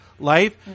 Life